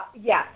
Yes